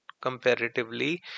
comparatively